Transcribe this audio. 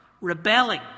rebelling